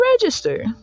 register